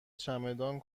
چمدان